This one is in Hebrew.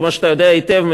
כמו שאתה יודע היטב,